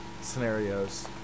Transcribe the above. scenarios